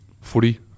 footy